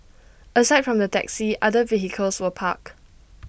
aside from the taxi the other vehicles were parked